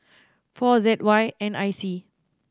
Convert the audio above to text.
four Z Y N I C